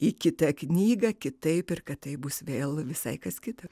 į kitą knygą kitaip ir kad taip bus vėl visai kas kita